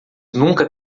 nunca